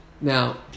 Now